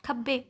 ਖੱਬੇ